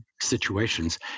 situations